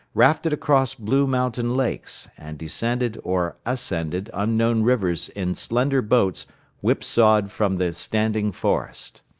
rafted across blue mountain lakes, and descended or ascended unknown rivers in slender boats whipsawed from the standing forest.